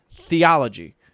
theology